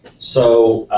so,